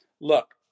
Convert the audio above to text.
Look